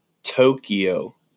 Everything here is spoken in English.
Tokyo